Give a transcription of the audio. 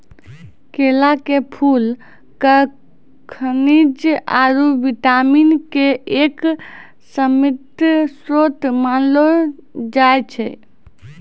केला के फूल क खनिज आरो विटामिन के एक समृद्ध श्रोत मानलो जाय छै